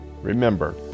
Remember